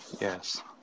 yes